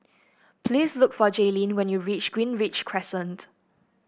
please look for Jaylyn when you reach Greenridge Crescent